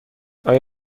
آیا